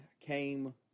came